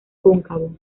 cóncavo